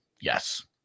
Yes